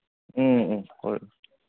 ꯎꯝ ꯎꯝ ꯍꯣꯏ